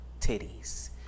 titties